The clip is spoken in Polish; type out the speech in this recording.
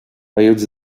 mając